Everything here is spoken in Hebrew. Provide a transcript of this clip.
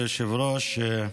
מכובדי היושב-ראש,